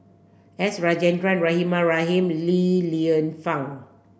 S Rajendran Rahimah Rahim Li Lienfung